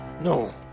no